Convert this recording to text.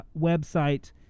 website